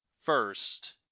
first